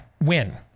win